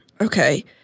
okay